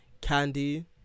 Candy